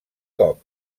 cop